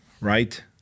right